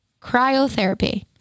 Cryotherapy